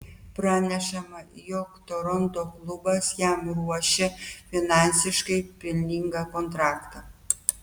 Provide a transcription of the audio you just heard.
pranešama jog toronto klubas jam ruošia finansiškai pelningą kontraktą